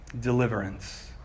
deliverance